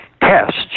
tests